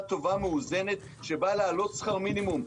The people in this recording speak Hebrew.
טובה ומאוזנת שבאה להעלות את שכר המינימום,